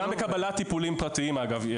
יש את זה גם בקבלת טיפולים פרטיים, אגב.